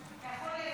מה,